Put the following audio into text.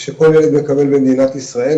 שכל ילד מקבל במדינת ישראל,